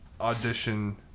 audition